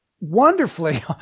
wonderfully